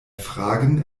fragen